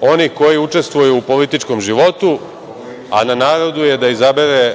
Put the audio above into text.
onih koji učestvuju u političkom životu, a na narodu je da izabere